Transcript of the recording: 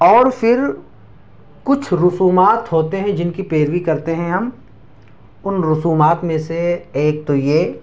اور پھر کچھ رسومات ہوتے ہیں جن کی پیروی کرتے ہیں ہم ان رسومات میں سے ایک تو یہ